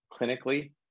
clinically